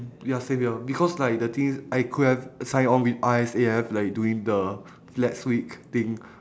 ya same here because like the thing is I could have sign on with R_S_A_F like doing the flags week thing